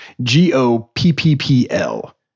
G-O-P-P-P-L